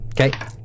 Okay